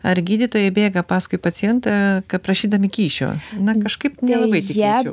ar gydytojai bėga paskui pacientą prašydami kyšio na kažkaip nelabai tikėčiau